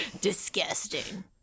disgusting